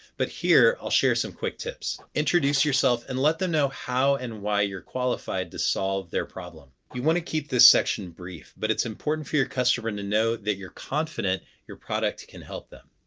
but here, i'll share some quick tips. introduce yourself and let them know how and why you're qualified to solve their problem. you want to keep this section brief, but it's important for your customer and to know that you're confident your product can help them.